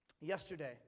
yesterday